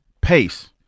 pace